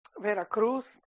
Veracruz